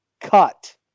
cut